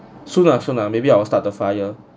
soon lah soon lah maybe I'll start the fire